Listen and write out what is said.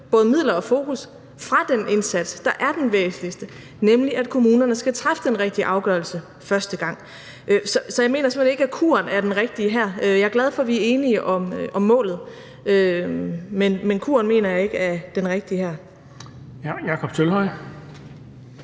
både midler og fokus fra den indsats, der er den væsentligste, nemlig at kommunerne skal træffe den rigtige afgørelse første gang. Så jeg mener simpelt hen ikke, at kuren her er den rigtige. Jeg er glad for, at vi er enige om målet. Men kuren mener jeg her ikke er den rigtige. Kl.